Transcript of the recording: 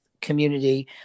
community